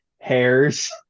Hairs